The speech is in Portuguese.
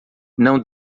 não